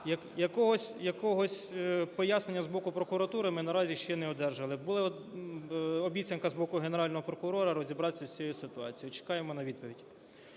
Якогось пояснення з боку прокуратури ми наразі ще не одержали. Була обіцянка з боку Генерального прокурора розібратися з цією ситуацією. Чекаємо на відповідь.